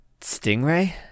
Stingray